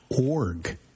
org